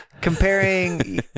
Comparing